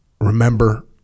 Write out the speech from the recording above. Remember